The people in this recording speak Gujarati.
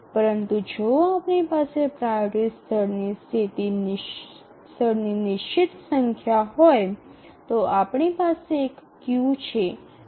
પરંતુ જો આપણી પાસે પ્રાઓરિટી સ્તરની નિશ્ચિત સંખ્યા હોય તો આપણી પાસે અહીં એક ક્યૂ છે